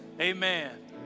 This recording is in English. amen